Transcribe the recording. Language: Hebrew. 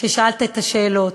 כששאלת את השאלות,